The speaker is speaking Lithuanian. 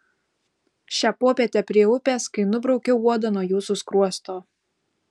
šią popietę prie upės kai nubraukiau uodą nuo jūsų skruosto